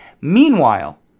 Meanwhile